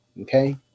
okay